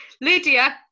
Lydia